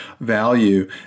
value